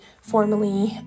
formally